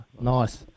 nice